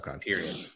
Period